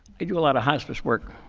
i do a lot of hospice work.